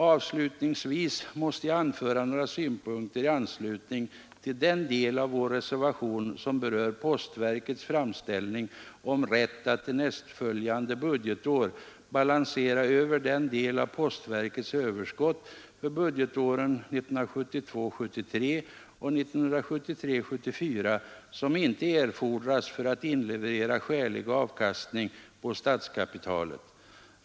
Avslutningsvis måste jag anföra några synpunkter i anslutning till den del av vår reservation som berör postverkets framställning om rätt att till nästföljande budgetår balansera över den del av postverkets överskott för budgetåren 1972 74 som inte erfordras för att inleverera skälig avkastning på statskapitalet.